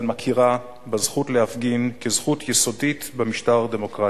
מכירה בזכות להפגין כזכות יסודית במשטר דמוקרטי,